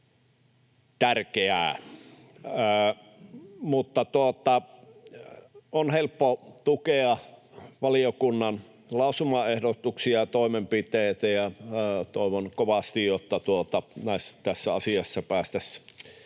tärkeää. On helppo tukea valiokunnan lausumaehdotuksia ja toimenpiteitä, ja toivon kovasti, että tässä asiassa päästäisiin